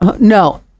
No